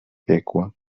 piekła